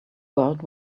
world